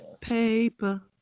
Paper